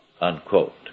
unquote